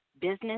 business